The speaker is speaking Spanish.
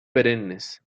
perennes